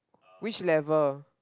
which level